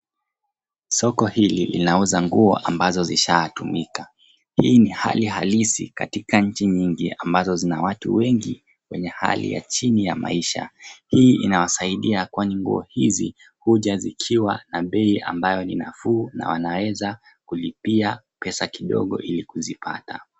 Soko hili linauza nguo ambazo zishatumika. Hii ni hali halisi katika nchi nyingi ambazo zina watu wengi wenye hali ya chini ya maisha. Hii inawasaidia kwani nguo hizi huja zikiwa na bei ambayo ni nafuu na wanaweza kulipia pesa kidogo ili kuzipata.